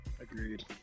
Agreed